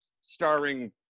starring